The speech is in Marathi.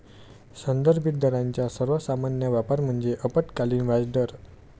संदर्भित दरांचा सर्वात सामान्य वापर म्हणजे अल्पकालीन व्याजदर